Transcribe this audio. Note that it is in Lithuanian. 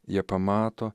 jie pamato